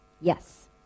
Yes